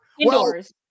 indoors